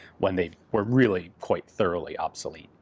when they were really quite thoroughly obsolete,